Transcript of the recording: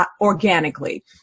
organically